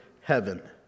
heaven